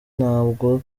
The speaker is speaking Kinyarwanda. ntabwo